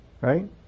Right